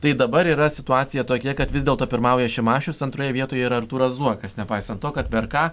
tai dabar yra situacija tokia kad vis dėlto pirmauja šimašius antroje vietoje yra artūras zuokas nepaisant to kad vrk